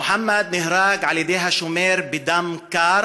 מוחמד נהרג על ידי השומר בדם קר,